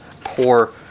poor